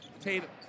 Tatum